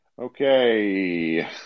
Okay